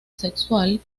sexual